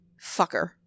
Fucker